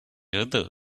other